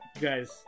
Guys